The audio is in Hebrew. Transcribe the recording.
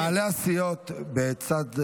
מנהלי הסיעות בצד,